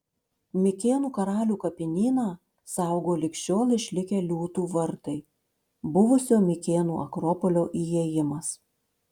mikėnų karalių kapinyną saugo lig šiol išlikę liūtų vartai buvusio mikėnų akropolio įėjimas